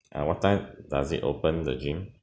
err what time does it open the gym